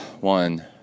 One